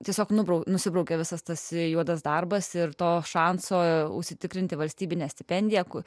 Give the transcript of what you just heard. tiesiog nubraukė nusibraukė visas tas juodas darbas ir to šanso užsitikrinti valstybinę stipendiją kur